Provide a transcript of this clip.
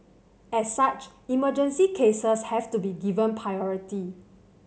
as such emergency cases have to be given priority